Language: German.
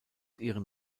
ihren